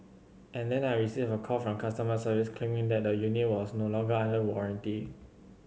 and then I received a call from customer service claiming that the unit was no longer under warranty